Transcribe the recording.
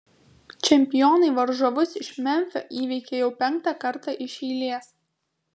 čempionai varžovus iš memfio įveikė jau penktą kartą iš eilės